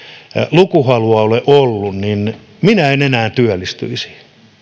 lukuhalua ole ollut minä en enää työllistyisi